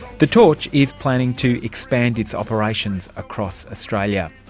the torch is planning to expand its operations across australia.